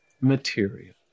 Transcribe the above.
material